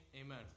Amen